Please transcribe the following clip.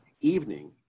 evening